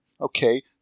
okay